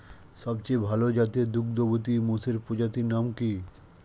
সবচেয়ে ভাল জাতের দুগ্ধবতী মোষের প্রজাতির নাম কি?